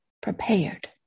prepared